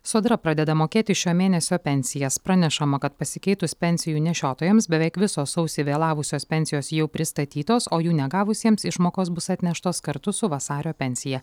sodra pradeda mokėti šio mėnesio pensijas pranešama kad pasikeitus pensijų nešiotojams beveik visos sausį vėlavusios pensijos jau pristatytos o jų negavusiems išmokos bus atneštos kartu su vasario pensija